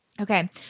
Okay